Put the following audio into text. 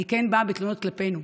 אני כן באה בתלונות כלפינו.